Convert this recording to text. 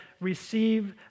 Receive